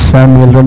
Samuel